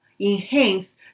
enhance